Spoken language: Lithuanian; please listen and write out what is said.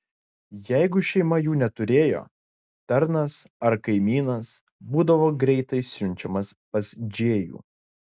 jeigu šeima jų neturėjo tarnas ar kaimynas būdavo greitai siunčiamas pas džėjų